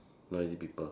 noisy people